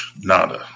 nada